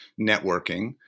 networking